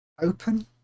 open